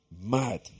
Mad